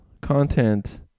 content